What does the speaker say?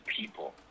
people